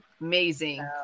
Amazing